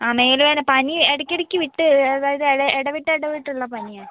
മേൽ വേദന പനി ഇടക്കിടക്ക് വിട്ട് അതായത് ഇടവിട്ട് ഇടവിട്ടുള്ള പനിയായിരുന്നു